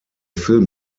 film